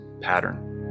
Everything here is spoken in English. pattern